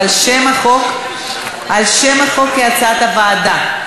על שם החוק כהצעת הוועדה.